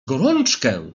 gorączkę